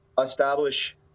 establish